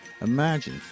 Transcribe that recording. Imagine